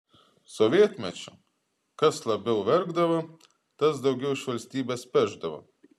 sovietmečiu kas labiau verkdavo tas daugiau iš valstybės pešdavo